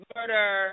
Murder